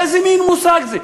איזה מין מושג זה?